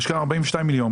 יש פה 42 מיליון.